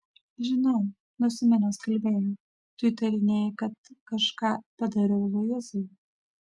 žinau nusiminęs kalbėjo tu įtarinėji kad kažką padariau luizai